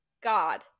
God